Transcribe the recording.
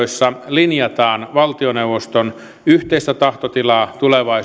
linjataan valtioneuvoston yhteistä tahtotilaa tulevaisuuden